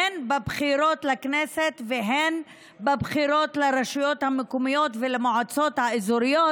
הן בבחירות לכנסת והן בבחירות לרשויות המקומיות ולמועצות האזוריות.